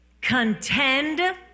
Contend